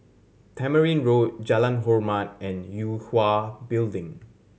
Tamarind Road Jalan Hormat and Yue Hwa Building